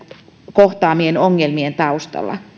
kohtaamien ongelmien taustalla